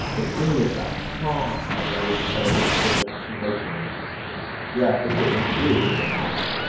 the pain of that far outweighs the benefits of when you're actually making any money. yeah. yeah there's ah there's a really good book called,